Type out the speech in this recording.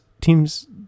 teams